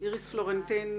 איריס פלורנטין,